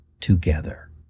together